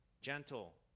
gentle